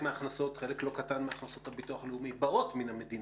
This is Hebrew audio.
חלק לא קטן מהכנסות הביטוח הלאומי באות מן המדינה,